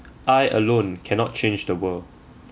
I alone cannot change the world